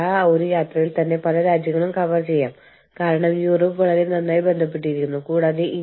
കൂടാതെ വെണ്ടർമാരിൽ ഒരാളിൽ നിന്നോ ചില കച്ചവടക്കാരിൽ നിന്നോ ഐകിയയ്ക്ക് കുട്ടികൾ നിർമ്മിച്ച പരവതാനികൾ ലഭിക്കുന്നുണ്ടെന്ന് കണ്ടെത്തി